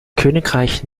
königreich